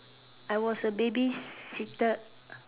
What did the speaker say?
I was a baby sitter